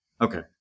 Okay